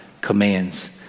commands